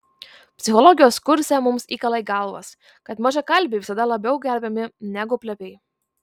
psichologijos kurse mums įkala į galvas kad mažakalbiai visada labiau gerbiami negu plepiai